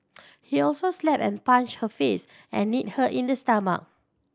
he also slapped and punched her face and kneed her in the stomach